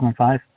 2005